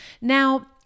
Now